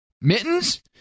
Mittens